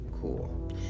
cool